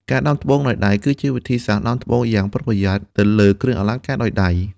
ការដាំត្បូងដោយដៃ គឺជាវិធីសាស្ត្រដាំត្បូងយ៉ាងប្រុងប្រយ័ត្នទៅលើគ្រឿងអលង្ការដោយដៃ។